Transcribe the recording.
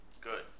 Good